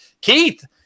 Keith